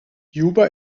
juba